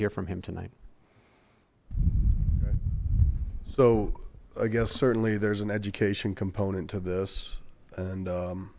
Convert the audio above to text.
hear from him tonight so i guess certainly there's an education component to this and